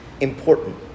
important